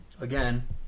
Again